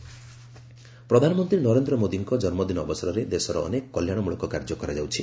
ସେବା ସପ୍ତାହ ପ୍ରଧାନମନ୍ତ୍ରୀ ନରେନ୍ଦ୍ର ମୋଦୀଙ୍କ ଜନ୍ମଦିନ ଅବସରରେ ଦେଶରେ ଅନେକ କଲ୍ୟାଣମ୍ବଳକ କାର୍ଯ୍ୟ କରାଯାଉଛି